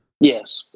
Yes